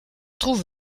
trouve